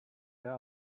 there